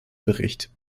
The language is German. bericht